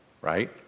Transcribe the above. right